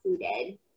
included